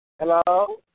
Hello